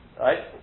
right